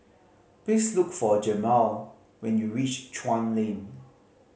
please look for Jemal when you reach Chuan Lane